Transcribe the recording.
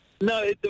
No